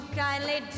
kindly